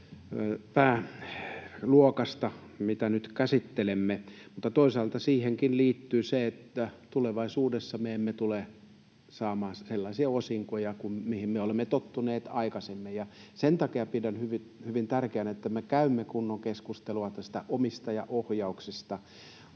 pääluokasta, mitä nyt käsittelemme, mutta toisaalta siihenkin liittyy se, että tulevaisuudessa me emme tule saamaan sellaisia osinkoja kuin mihin me olemme tottuneet aikaisemmin, ja sen takia pidän hyvin tärkeänä, että me käymme kunnon keskustelua tästä omistajaohjauksesta.